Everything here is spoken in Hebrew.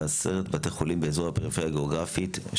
בעשרת בתי החולים באזור הפריפריה הגיאוגרפית.